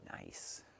nice